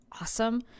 awesome